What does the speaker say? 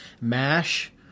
MASH